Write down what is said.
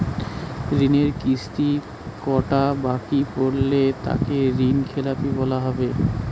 ঋণের কিস্তি কটা বাকি পড়লে তাকে ঋণখেলাপি বলা হবে?